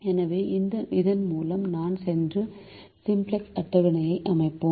எனவே இதன் மூலம் நாம் சென்று சிம்ப்ளக்ஸ் அட்டவணையை அமைப்போம்